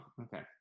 Okay